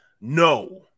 No